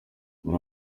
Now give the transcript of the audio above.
muri